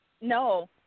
No